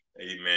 Amen